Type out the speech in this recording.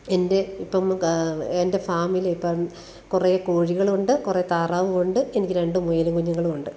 എന്റെ ഇപ്പം ക എന്റെ ഫാമിലിപ്പം കുറെ കോഴികളുമുണ്ട് കുറെ താറാവുമുണ്ട് എനിക്ക് രണ്ട് മുയലുങ്കുഞ്ഞുങ്ങളുമുണ്ട്